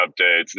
updates